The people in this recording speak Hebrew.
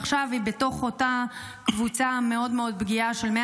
ועכשיו היא בתוך אותה קבוצה מאוד מאוד פגיעה של 100